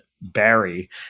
Barry